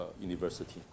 university